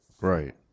Right